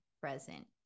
present